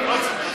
לא צריך.